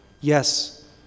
Yes